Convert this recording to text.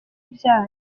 byanyu